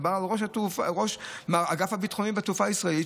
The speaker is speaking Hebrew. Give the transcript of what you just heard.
מדובר בראש האגף הביטחוני בתעופה הישראלית,